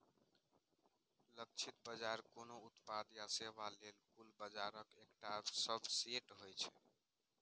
लक्षित बाजार कोनो उत्पाद या सेवा लेल कुल बाजारक एकटा सबसेट होइ छै